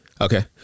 Okay